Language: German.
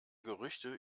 gerüchte